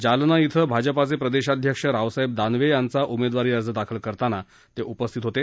जालना इथं भाजपाचे प्रदेशाध्यक्ष रावसाहेब दानवे यांचा उमेदवारी अर्ज दाखल करताना ते उपस्थित होते